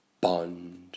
bond